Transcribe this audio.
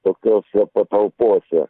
tokiose patalpose